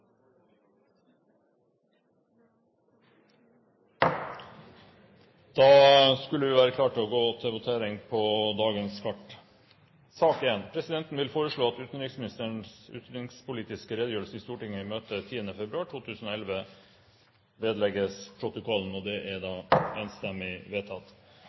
Da skulle vi være klare til å gå til votering. Presidenten vil foreslå at utenriksministerens utenrikspolitiske redegjørelse i Stortingets møte 10. februar 2011 vedlegges protokollen. – Det anses vedtatt. Det voteres over forslag fra Fremskrittspartiet og